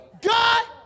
God